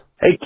Hey